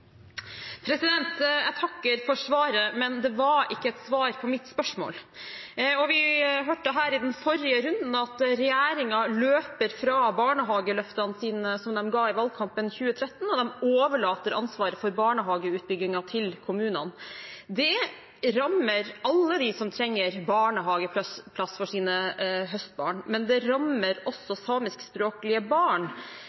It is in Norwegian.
Jeg takker for svaret, men det var ikke et svar på mitt spørsmål. Vi hørte her i den forrige runden at regjeringen løper fra barnehageløftene som de ga i valgkampen i 2013, og de overlater ansvaret for barnehageutbyggingen til kommunene. Det rammer alle dem som trenger barnehageplass for sine høstbarn, men det rammer